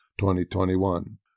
2021